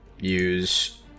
use